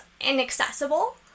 inaccessible